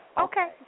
Okay